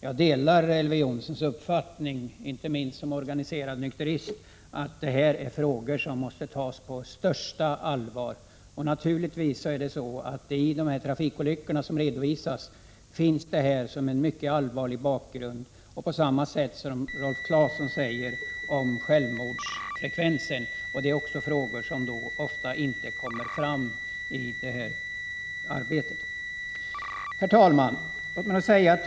Jag delar, inte minst som organiserad nykterist, Elver Jonssons uppfattning att detta är frågor som måste tas på största allvar. I de trafikolyckor som redovisas finns naturligtvis detta med som en mycket allvarlig bakgrund, på samma sätt som det Rolf Clarkson tog upp om självmordsfrekvensen. Detta är frågor som ofta inte kommer fram i debatten. Herr talman!